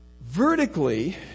Vertically